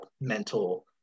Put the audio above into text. mental